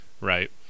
right